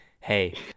hey